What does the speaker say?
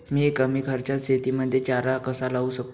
मी कमी खर्चात शेतीमध्ये चारा कसा लावू शकतो?